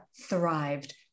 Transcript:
thrived